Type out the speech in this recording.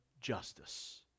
justice